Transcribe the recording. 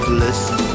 listen